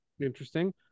Interesting